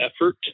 effort